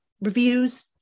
reviews